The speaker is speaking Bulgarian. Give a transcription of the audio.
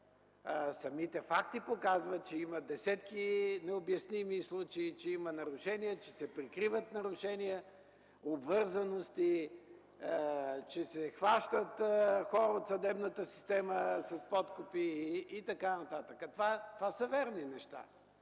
самите факти показват, че има десетки необясними случаи, че има нарушения, че се прикриват нарушения, обвързаности, че се хващат хора от съдебната система с подкупи и така нататък. Това са верни неща.